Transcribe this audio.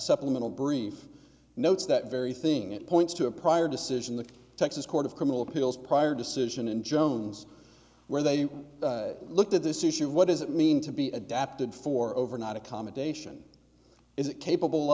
supplemental brief notes that very thing it points to a prior decision the texas court of criminal appeals prior decision in jones where they looked at this issue of what does it mean to be adapted for overnight accommodation is it capable